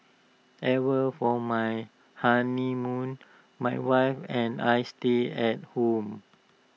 ever for my honeymoon my wife and I stayed at home